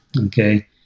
okay